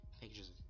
pictures